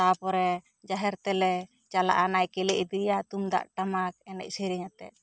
ᱛᱟᱨᱯᱚᱨᱮ ᱡᱟᱦᱮᱨ ᱛᱮᱞᱮ ᱪᱟᱞᱟᱜᱼᱟ ᱱᱟᱭᱠᱮᱞᱮ ᱤᱫᱤᱭᱟ ᱛᱩᱢᱫᱟᱜ ᱴᱟᱢᱟᱠ ᱮᱱᱮᱡ ᱥᱮᱨᱮᱧ ᱟᱛᱮᱜ